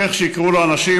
איך שיקראו לו אנשים,